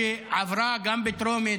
שעברה גם בטרומית,